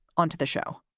onto the show